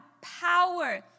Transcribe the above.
power